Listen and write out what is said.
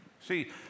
See